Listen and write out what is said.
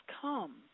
come